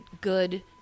good